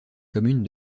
commune